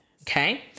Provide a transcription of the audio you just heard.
Okay